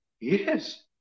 Yes